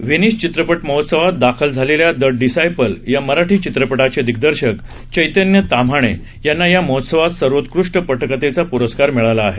Venice चित्रपट महोत्सवात दाखल झालेल्या द डिसायपल या मराठी चित्रपटाचे दिग्दर्शक चैतन्य ताम्हाणे यांना या महोत्सवात सर्वोत्कष्ट पटकथेचा प्रस्कार मिळाला आहे